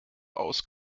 aus